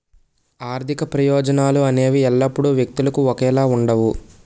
ఆర్థిక ప్రయోజనాలు అనేవి ఎల్లప్పుడూ వ్యక్తులకు ఒకేలా ఉండవు